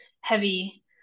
heavy